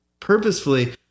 Purposefully